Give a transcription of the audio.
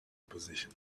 position